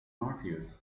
martyrs